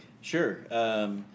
Sure